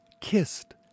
Kissed